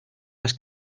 las